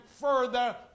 further